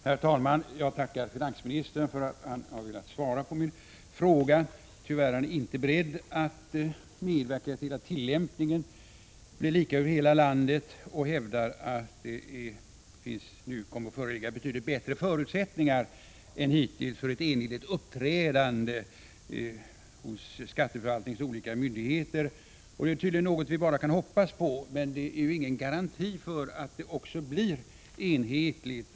Herr talman! Jag tackar finansministern för att han har velat svara på min fråga. Tyvärr är han inte beredd att medverka till att tillämpningen blir lika över hela landet och hävdar att det kommer att föreligga betydligt bättre förutsättningar än hittills för ett enigt uppträdande hos skatteförvaltningens olika myndigheter. Det är tydligen något vi kan hoppas på, men det är ju ingen garanti för att det blir enhetligt.